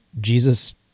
Jesus